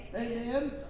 Amen